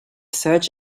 search